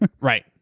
Right